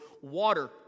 water